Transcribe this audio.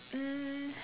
um